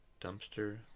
dumpster